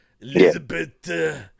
Elizabeth